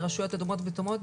ברשויות אדומות וכתומות,